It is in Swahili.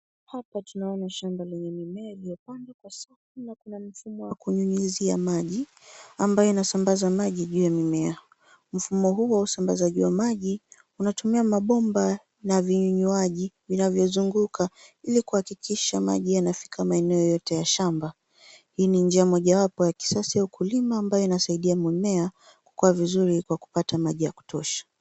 Hapa tunaona shamba lenye mimea iliyopandwa kwa safu na kuna mfumo wa kunyunyizia maji ambayo inasambaza maji juu ya mimea. Mfumo huu wa usambazaji wa maji unatumia mabomba na vinywaji vinavyozunguka ili kuhakikisha maji yanafika maeneo yote ya shamba. Hii ni njia mojawapo ya kisasa ya ukulima ambayo inasaidia mimea kukua vizuri kwa kupata maji ya kutosha.